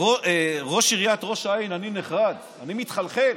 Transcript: ראש עיריית ראש העין אני נחרד, אני מתחלחל.